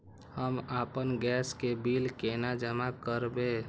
हम आपन गैस के बिल केना जमा करबे?